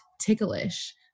ticklish